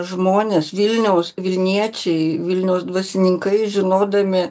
žmonės vilniaus vilniečiai vilniaus dvasininkai žinodami